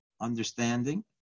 understanding